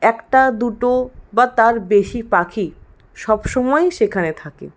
একটা দুটো বা তার বেশি পাখি সবসময়ই সেখানে থাকে